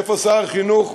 איפה שר החינוך?